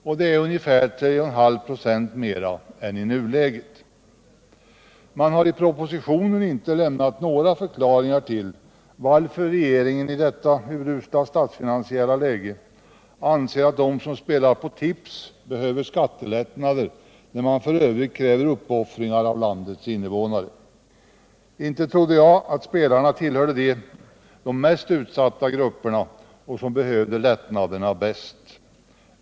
Detta är ungefär 3,5 96 mer än i nuläget. Regeringen har i propositionen inte lämnat några förklaringar till att man i detta urusla statsfinansiella läge anser att de som spelar på tips behöver skattelättnader, när man f. ö. kräver uppoffringar av landets invånare. Inte trodde jag att spelarna tillhörde de utsatta grupper som bäst behöver lättnader.